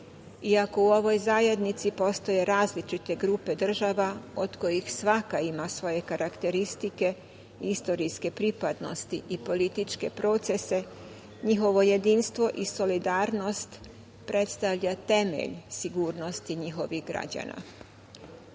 iako u ovoj zajednici postoje različite grupe država od kojih svaka ima svoje karakteristike, istorijske pripadnosti i političke procese njihovo jedinstvo i solidarnost predstavlja temelj sigurnosti njihovih